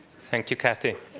thank you, katy.